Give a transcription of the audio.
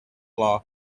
law